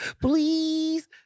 Please